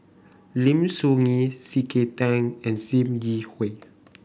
Lim Soo Ngee C K Tang and Sim Yi Hui